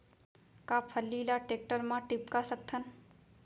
का फल्ली ल टेकटर म टिपका सकथन?